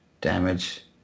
damage